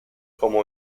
como